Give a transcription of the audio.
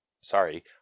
sorry